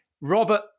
robert